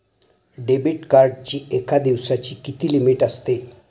Debit कार्डची एका दिवसाची किती लिमिट असते?